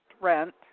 rent